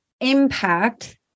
impact